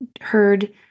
heard